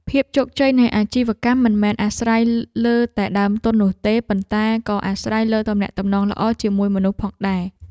ភាពជោគជ័យនៃអាជីវកម្មមិនមែនអាស្រ័យលើតែដើមទុននោះទេ ប៉ុន្តែក៏អាស្រ័យលើទំនាក់ទំនងល្អជាមួយមនុស្សផងដែរ។